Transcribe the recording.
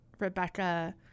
Rebecca